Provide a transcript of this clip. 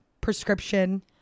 prescription